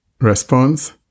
response